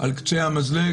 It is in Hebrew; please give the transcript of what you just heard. על קצה המזלג,